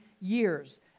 years